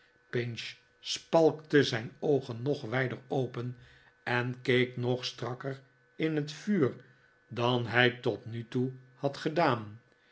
spalkte zijn oogen nog wijder open en keek nog strakker in het vuur dan hij tot nu toe had gedaan